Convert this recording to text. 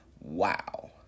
Wow